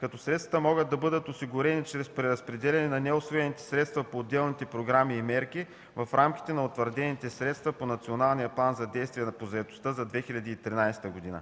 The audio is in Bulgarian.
като средствата могат да бъдат осигурени чрез преразпределяне на неусвоените средства по отделните програми и мерки в рамките на утвърдените средства по Националния план за действие по заетостта за 2013 г.